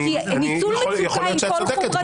יכול להיות שאת צודקת.